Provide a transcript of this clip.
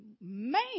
man